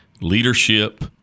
leadership